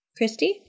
Christy